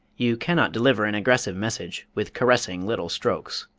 you can not deliver an aggressive message with caressing little strokes.